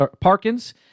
parkins